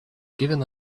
given